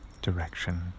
direction